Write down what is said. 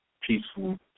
peaceful